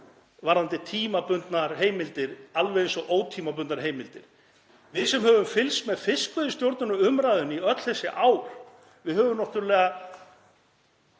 varðandi tímabundnar heimildir, alveg eins og ótímabundnar heimildir. Við sem höfum fylgst með fiskveiðistjórnarumræðunni í öll þessi ár höfum náttúrlega